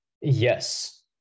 yes